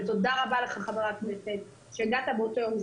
ותודה רבה לך חבר הכנסת שהגעת באותו יום.